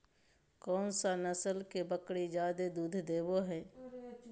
कौन सा नस्ल के बकरी जादे दूध देबो हइ?